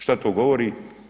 Šta to govori?